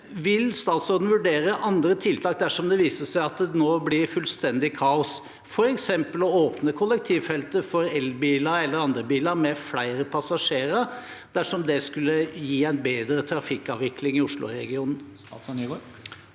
Vil statsråden vurdere andre tiltak dersom det viser seg at det nå blir fullstendig kaos – f.eks. å åpne kollektivfeltene for elbiler eller andre biler med flere passasjerer, dersom det skulle gi en bedre trafikkavvikling i Oslo-regionen?